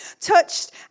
touched